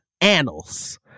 annals